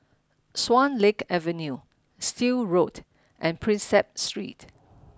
Swan Lake Avenue Still Road and Prinsep Street